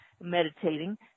meditating